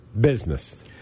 Business